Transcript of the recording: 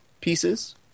pieces